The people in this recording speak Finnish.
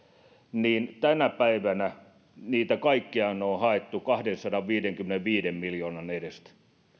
niin tänä päivänä niitä on haettu kaikkiaan kahdensadanviidenkymmenenviiden miljoonan edestä